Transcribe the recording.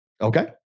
Okay